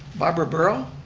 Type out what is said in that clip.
barbara burrow,